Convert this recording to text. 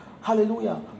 hallelujah